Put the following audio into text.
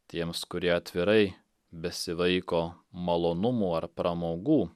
tiems kurie atvirai besivaiko malonumų ar pramogų